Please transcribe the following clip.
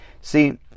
See